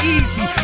easy